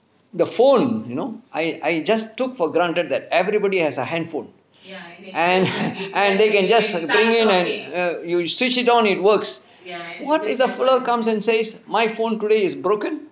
the phone you know I I just took for granted that everybody has a handphone and and they can just ring and err you switch it on it works what if the fellow comes and says my phone today is broken